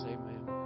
Amen